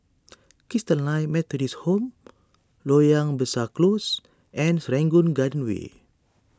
Christalite Methodist Home Loyang Besar Close and Serangoon Garden Way